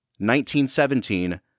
1917